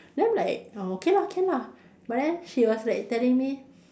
then I'm like oh okay lah can lah but then she was like telling me